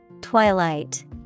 Twilight